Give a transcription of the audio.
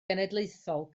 genedlaethol